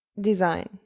design